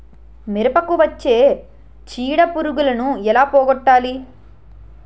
మిరపకు వచ్చే చిడపురుగును ఏల పోగొట్టాలి?